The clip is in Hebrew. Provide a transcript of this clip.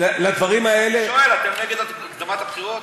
אני שואל, אתם נגד הקדמת הבחירות?